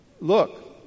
look